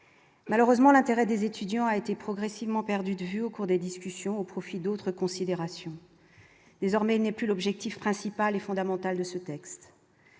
malheureusement l'intérêt des étudiants a été progressivement perdu de vue au cours des discussions au profit d'autres considérations désormais n'est plus l'objectif principal est fondamentale de ce texte,